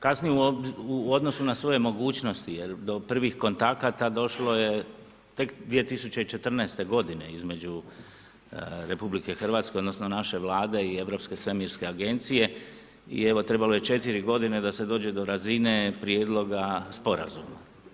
Kasni u odnosu na svoje mogućnosti jer do prvih kontakata došlo je tek 2014. godine između RH odnosno naše Vlade i Europske svemirske agencije i evo, trebalo je 4 godine da se dođe do razine prijedloga sporazuma.